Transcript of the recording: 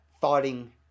fighting